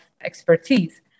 expertise